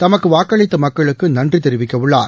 தமக்கு வாக்களித்த மக்களுக்கு நன்றி தெரிவிக்கவுள்ளார்